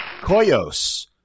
Koyos